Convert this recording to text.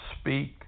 speak